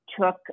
took